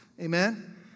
Amen